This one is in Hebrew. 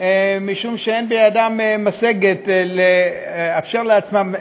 משום שאין ידם משגת לאפשר לעצמם שכירות,